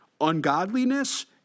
ungodliness